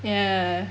ya